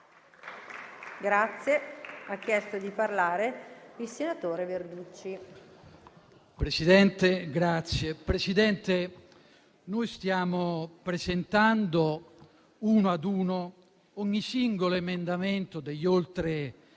Presidente, stiamo presentando uno ad uno ogni singolo emendamento degli oltre